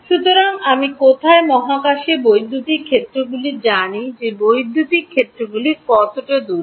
সুতরাং আমি কোথায় মহাকাশে বৈদ্যুতিক ক্ষেত্রগুলি জানি যে বৈদ্যুতিক ক্ষেত্রগুলি কতটা দূরে